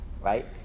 right